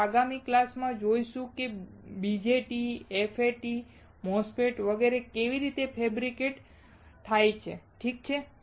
આપણે આગામી ક્લાસ માં જોઈશું કે BJT FAT MOSFETS વગેરે કેવી રીતે ફૅબ્રિકેટ થાય છે ઠીક છે